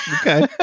okay